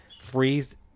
freeze